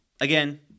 again